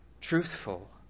Truthful